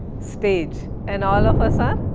stage and all of us are?